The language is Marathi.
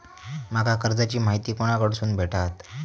माका कर्जाची माहिती कोणाकडसून भेटात?